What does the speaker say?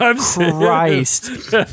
Christ